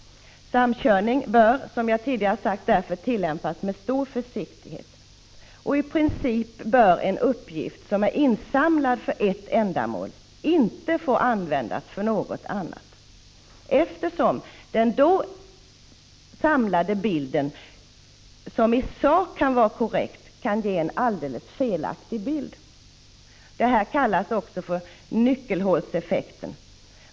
Samkörning bör därför, som jag tidigare har sagt, tillämpas med stor försiktighet. I princip bör en uppgift som är insamlad för ett ändamål inte få användas för något annat, eftersom den då samlade bilden, som i sak kan vara korrekt, kan ge en helt felaktig bild. Detta kallas ibland för nyckelhålseffekten.